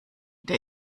der